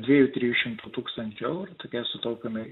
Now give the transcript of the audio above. dviejų trijų šimtų tūkstančių eurų tokie sutaupymai